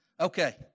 Okay